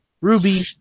Ruby